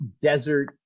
desert